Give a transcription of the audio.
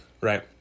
right